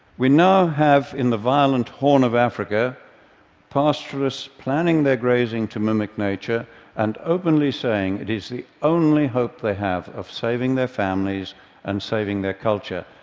we now have in the violent horn of africa pastoralists planning their grazing to mimic nature and openly saying it is the only hope they have of saving their families and saving their culture.